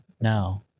No